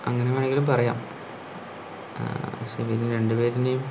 അങ്ങനെ വേണമെങ്കിലും പറയാം പക്ഷേ പിന്നെ രണ്ടു പേരുടെയും